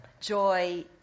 joy